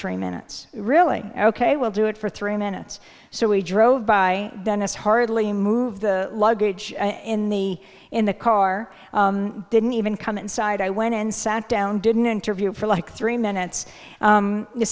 three minutes really ok we'll do it for three minutes so we drove by dennis hardly move the luggage in the in the car didn't even come inside i went and sat down didn't interview for like three minutes